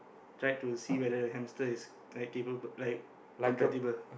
tried to see whether hamster is like capable compatible